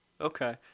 Okay